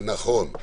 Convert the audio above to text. נכון.